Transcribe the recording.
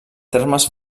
termes